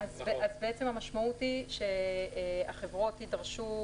אז בעצם המשמעות היא שהחברות יידרשו